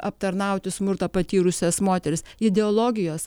aptarnauti smurtą patyrusias moteris ideologijos